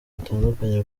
butandukanye